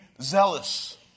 zealous